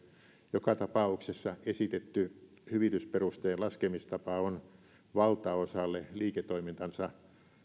joka tapauksessa esitetty hyvitysperusteen laskemistapa on valtaosalle liiketoimintansa